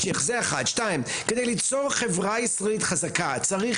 2. כדי ליצור חברה ישראלית חזקה צריך